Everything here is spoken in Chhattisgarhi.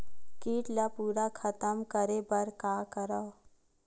कीट ला पूरा खतम करे बर का करवं?